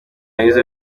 weasel